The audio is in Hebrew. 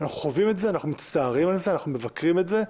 אנחנו מצטערים על זה, אנחנו מבקרים את זה.